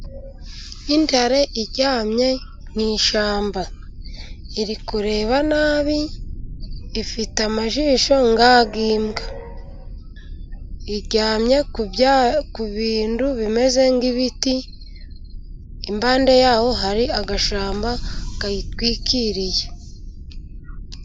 Intare iryamye mu ishyamba, iri kureba nabi ifite amaso nk' ay'imbwa. Iryamye ku bintu bimeze nk'ibiti , impande y'aho hari agashyamba kayitwikiriye.